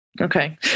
Okay